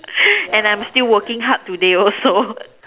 and I am still working hard today also